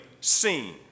seen